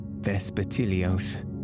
Vespertilios